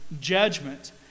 judgment